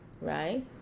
right